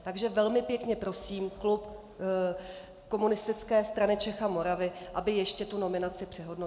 Takže velmi pěkně prosím klub Komunistické strany Čech a Moravy, aby ještě nominaci přehodnotil.